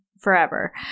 forever